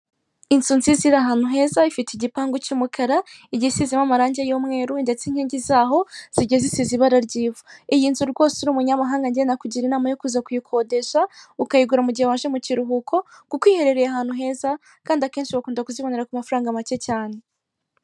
Inzu nziza iri ahantu heza ifite igipangu cy'umukara igiye isizemo amarangi y'umweru, ndetse inkingi zayo zigiye zisize ibara ry'ivu, iyi nzu rwose uri umunyamahanga njye nakugira inama yo kuza kuyikodesha ukayigura igihe waje mu kiruhuko, kuko iherereye ahantu heza kandi akenshi bakunze kuzibonera ku mafaranga amake cyane.